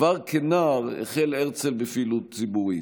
כבר כנער החל הרצל בפעילות ציבורית.